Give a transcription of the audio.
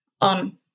on